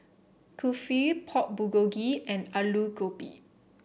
Kulfi Pork Bulgogi and Alu Gobi